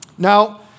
Now